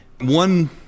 One